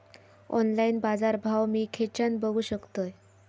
Online बाजारभाव मी खेच्यान बघू शकतय?